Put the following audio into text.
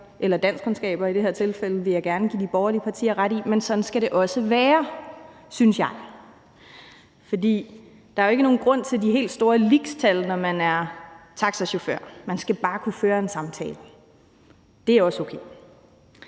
store danskkundskaber – det vil jeg gerne give de borgerlige partier ret i. Men sådan skal det også være, synes jeg, for der er jo ikke nogen grund til det helt store lixtal, når man er taxachauffør; man skal bare kunne føre en samtale. Det er også okay.